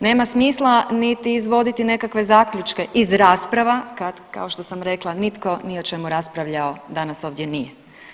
Nema smisla niti izvoditi nekakve zaključke iz rasprava kad kao što sam rekla nitko ni o čemu raspravljao danas ovdje nije.